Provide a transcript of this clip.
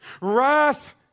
Wrath